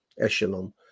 echelon